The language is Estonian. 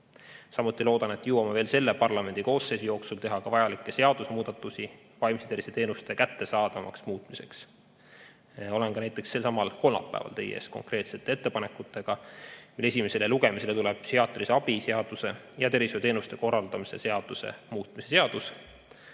Samuti loodan, et jõuame veel selle parlamendikoosseisu jooksul teha vajalikke seadusemuudatusi vaimse tervise teenuste kättesaadavamaks muutmiseks. Olen ka näiteks selsamal kolmapäeval teie ees konkreetsete ettepanekutega, kui esimesele lugemisele tuleb psühhiaatrilise abi seaduse ja tervishoiuteenuste korraldamise seaduse muutmise seadus,